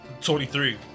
23